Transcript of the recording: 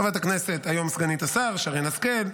חברת הכנסת והיום סגנית השר שרן השכל,